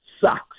sucks